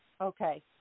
Okay